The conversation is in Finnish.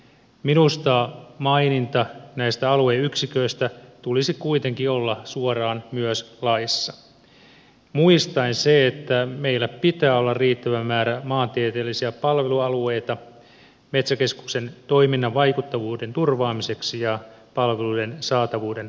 minusta maininnan näistä alueyksiköistä tulisi kuitenkin olla suoraan myös laissa muistaen että meillä pitää olla riittävä määrä maantieteellisiä palvelualueita metsäkeskuksen toiminnan vaikuttavuuden turvaamiseksi ja palveluiden saatavuuden varmistamiseksi